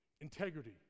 integrity